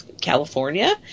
California